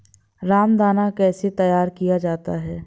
रामदाना कैसे तैयार किया जाता है?